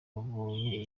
abonye